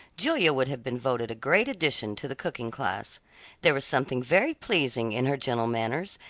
julia would have been voted a great addition to the cooking-class. there was something very pleasing in her gentle manners,